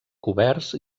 coberts